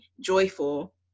joyful